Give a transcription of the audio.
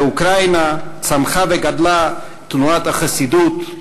באוקראינה צמחה וגדלה תנועת החסידות,